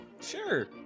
sure